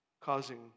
causing